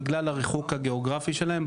בגלל הריחוק הגיאוגרפי שלהם,